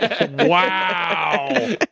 Wow